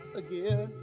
again